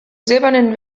silbernen